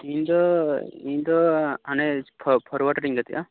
ᱤᱧᱫᱚ ᱤᱧᱫᱚ ᱦᱟᱱᱮ ᱯᱷᱚᱨᱣᱟᱨᱰ ᱨᱤᱧ ᱜᱟᱛᱮᱜᱼᱟ